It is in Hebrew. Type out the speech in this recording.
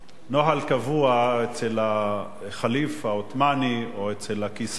נוהל קבוע אצל הח'ליף העות'מאני, או אצל הקיסר,